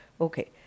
Okay